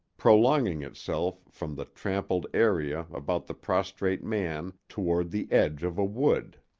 prolonging itself from the trampled area about the prostrate man toward the edge of a wood.